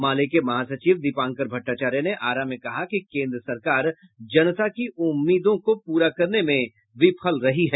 माले के महासचिव दीपंकर भट्टाचार्य ने आरा में कहा कि केन्द्र सरकार जनता की उम्मीदों को पूरा करने में विफल रही है